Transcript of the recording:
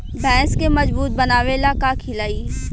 भैंस के मजबूत बनावे ला का खिलाई?